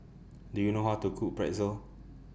Do YOU know How to Cook Pretzel